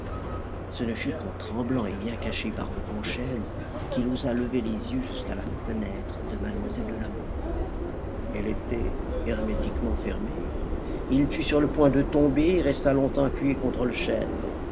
ce ne fut qu'en tremblant et bien caché par un grand chêne qu'il osa lever les yeux jusqu'à la fenêtre de mlle de la mole elle était hermétiquement fermée il fut sur le point de tomber et resta longtemps appuyé contre le chêne